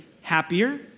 happier